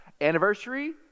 Anniversary